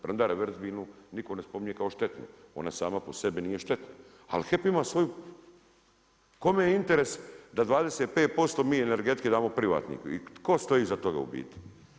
Premda reverzibilnu nitko ne spominje kao štetnu, ona sama po sebi nije štetna, ali HEP imaju svoju, Kome je interes da 25% mi energetike damo privatniku i tko stoji iza toga u biti?